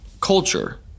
culture